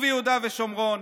וביהודה ושומרון,